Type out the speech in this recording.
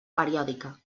periòdica